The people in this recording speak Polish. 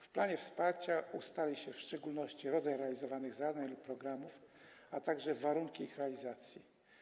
W planie wsparcia ustali się w szczególności rodzaj realizowanych zadań lub programów, a także warunki ich realizacji.